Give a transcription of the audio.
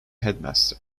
headmaster